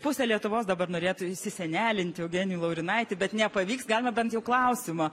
pusė lietuvos dabar norėtų įsisenelinti eugenijų laurinaitį bet nepavyks galima bent jau klausimą